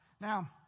Now